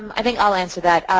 i think iill answer that.